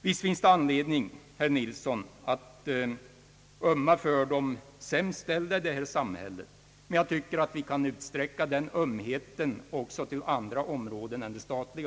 Visst finns det anledning, herr Nilsson, att ömma för de sämst ställda i samhället, men jag tycker att vi kan utsträcka den ömheten till att omfatta även andra områden än det statliga.